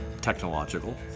technological